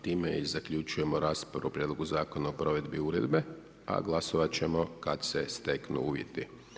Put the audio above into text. Time i zaključujemo raspravu o Prijedlogu zakona o provedbi Uredbe a glasovati ćemo kad se steknu uvjeti.